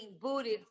booted